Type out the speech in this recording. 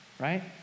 Right